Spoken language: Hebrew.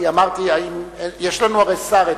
כי אמרתי: הרי יש לנו שר,